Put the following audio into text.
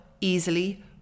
easily